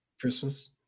christmas